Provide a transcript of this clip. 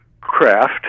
craft